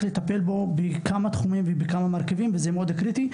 לטיפול בכמה תחומים ובכמה מרכיבים וזה מאוד קריטי,